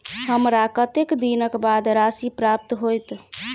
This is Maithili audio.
हमरा कत्तेक दिनक बाद राशि प्राप्त होइत?